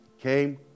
Came